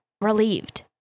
relieved